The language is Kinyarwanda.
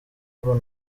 urban